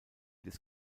des